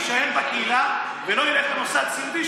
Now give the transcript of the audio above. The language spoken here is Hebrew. יישאר בקהילה ולא ילך למוסד סיעודי,